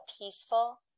peaceful